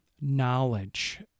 knowledge